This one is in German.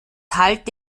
halte